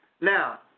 Now